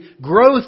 growth